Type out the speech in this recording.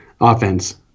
offense